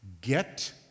get